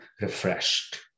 refreshed